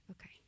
Okay